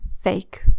fake